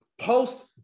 post-